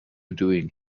doing